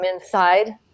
inside